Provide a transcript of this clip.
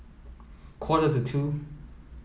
quarter to two